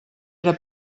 era